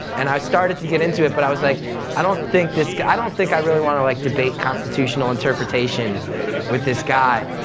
and i started to get into it, but i was like i don't think this guy, i don't think i really want to like debate constitutional interpretation with this guy.